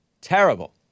Terrible